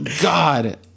God